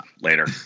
later